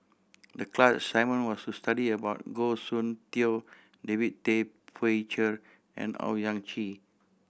the class assignment was to study about Goh Soon Tioe David Tay Poey Cher and Owyang Chi